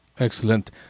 Excellent